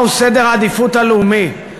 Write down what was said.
מהו סדר העדיפויות הלאומי,